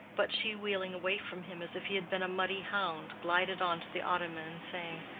but she, wheeling away from him as if he had been a muddy hound, glided on to the ottoman, saying,